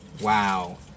Wow